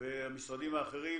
והמשרדים האחרים,